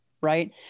Right